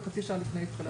התקנות.